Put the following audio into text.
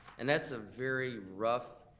and that's a very rough,